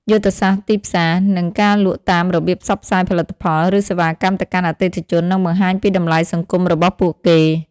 យុទ្ធសាស្រ្តទីផ្សារ និងការលក់តាម របៀបផ្សព្វផ្សាយផលិតផល ឬសេវាកម្មទៅកាន់អតិថិជន និងបង្ហាញពីតម្លៃសង្គមរបស់ពួកគេ។